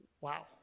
wow